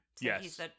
Yes